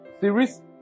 series